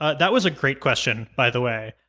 that was a great question, by the way.